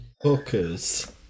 Hookers